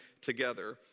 together